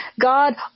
God